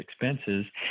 expenses